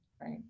right